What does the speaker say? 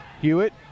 Hewitt